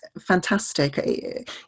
fantastic